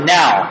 now